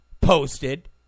posted